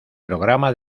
programa